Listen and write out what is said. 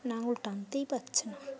নাঙল টানতেই পারছে না